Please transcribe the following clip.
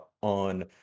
on